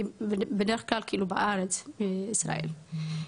בדרך כלל בארץ ישראל,